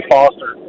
Foster